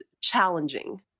challenging